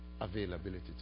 availability